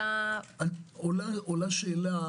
עולה השאלה,